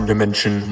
Dimension